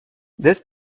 this